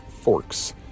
Forks